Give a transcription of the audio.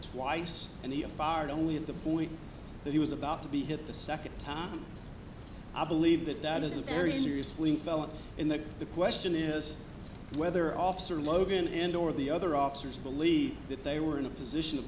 twice and the only at the point that he was about to be hit the second time i believe that that is a very seriously felony in that the question is whether officer logan and or the other officers believed that they were in a position of